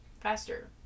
Faster